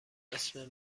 اسم